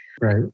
Right